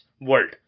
world